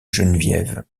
geneviève